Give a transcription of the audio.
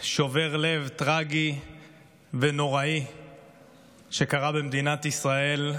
הלב, הטרגי והנורא שקרה במדינת ישראל.